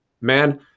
man